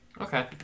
Okay